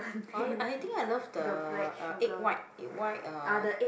oh I l~ I think I love the uh egg white egg white uh